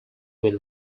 will